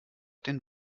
den